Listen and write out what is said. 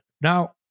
Now